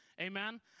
Amen